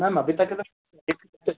ma'am अभी तक है न एक हफ़्ते